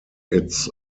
its